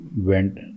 went